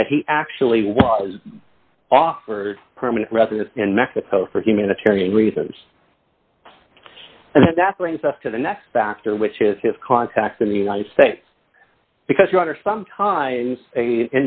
is that he actually was offered permanent residence in mexico for humanitarian reasons and that brings us to the next factor which is his contacts in the united states because rather sometime